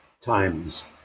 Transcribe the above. times